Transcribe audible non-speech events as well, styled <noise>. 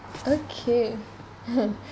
okay <laughs>